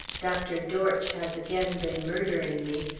dr. dortch has again been murdering me.